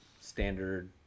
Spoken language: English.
standard